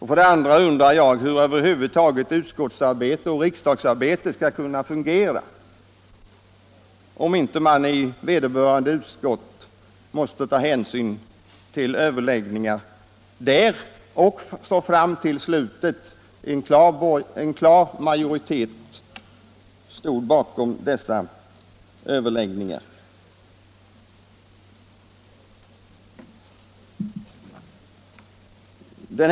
För det andra undrar jag hur utskottsarbete och riksdagsarbete över huvud taget skall kunna fungera om man inte i vederbörande utskott tar sådana hänsyn, när nu en klar majoritet fanns bakom överläggningarna.